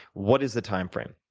what is the timeframe?